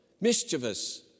mischievous